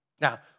Now